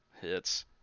hits